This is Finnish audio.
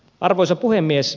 arvoisa puhemies